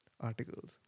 articles